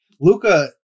Luca